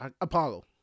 Apollo